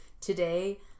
Today